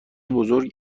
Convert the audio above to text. بزرگ